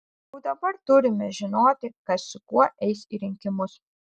jau dabar turime žinoti kas su kuo eis į rinkimus